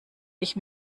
ich